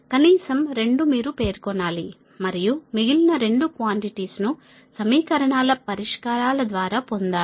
కనీసం రెండు మీరు పేర్కొనాలి మరియు మిగిలిన రెండు క్వాన్టిటీస్ ను సమీకరణాల పరిష్కారాల ద్వారా పొందాలి